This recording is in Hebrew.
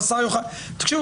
והשר יוכל תקשיבו,